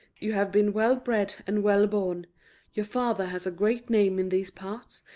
you have been well-bred and well-born your father has a great name in these parts,